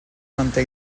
manté